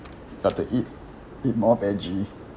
got to eat eat more vege